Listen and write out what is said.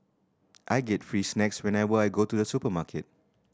I get free snacks whenever I go to the supermarket